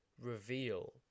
reveal